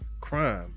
crime